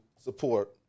support